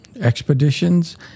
expeditions